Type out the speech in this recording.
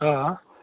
હા